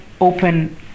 open